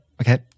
Okay